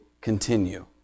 continue